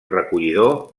recollidor